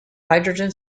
hydrogen